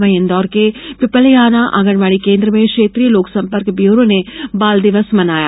वहीं इंदौर के पिपल्याहना आंगनवाड़ी केन्द्र में क्षेत्रीय लोकसंपर्क ब्यूरो ने बालदिवस मनाया